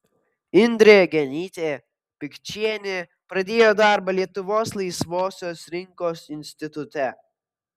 indrė genytė pikčienė pradėjo darbą lietuvos laisvosios rinkos institute